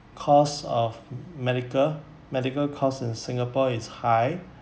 costs of medical medical costs in singapore is high